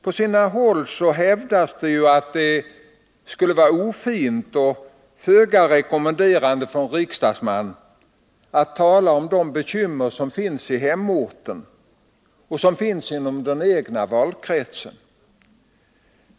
På sina håll hävdas det att det skulle vara ofint och föga rekommenderande för en riksdagsman att tala om de bekymmer som finns i hemorten och i den egna valkretsen.